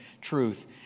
truth